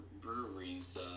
breweries